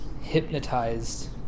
hypnotized